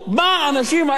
מה האנשים האלו,